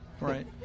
Right